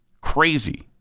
Crazy